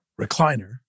recliner